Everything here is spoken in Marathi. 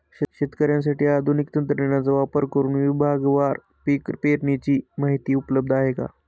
शेतकऱ्यांसाठी आधुनिक तंत्रज्ञानाचा वापर करुन विभागवार पीक पेरणीची माहिती उपलब्ध आहे का?